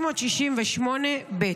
--- 368ב.